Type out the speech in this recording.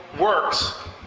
works